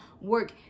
work